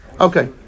Okay